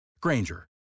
Granger